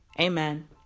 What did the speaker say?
amen